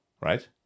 right